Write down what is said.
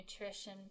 nutrition